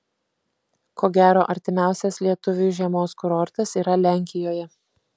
ko gero artimiausias lietuviui žiemos kurortas yra lenkijoje